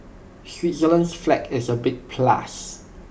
Switzerland's flag is A big plus